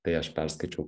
tai aš perskaičiau